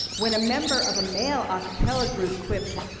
when a member of a male a cappella group quipped,